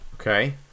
Okay